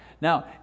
Now